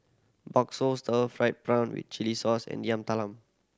bakso stir fried prawn with chili sauce and Yam Talam